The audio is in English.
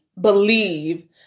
believe